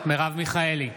מרב מיכאלי,